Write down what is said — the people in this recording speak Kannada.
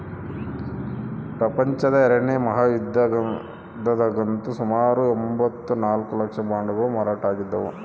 ಪ್ರಪಂಚದ ಎರಡನೇ ಮಹಾಯುದ್ಧದಗಂತೂ ಸುಮಾರು ಎಂಭತ್ತ ನಾಲ್ಕು ಲಕ್ಷ ಬಾಂಡುಗಳು ಮಾರಾಟವಾಗಿದ್ದವು